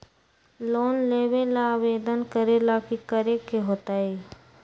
Loan लेबे ला आवेदन करे ला कि करे के होतइ?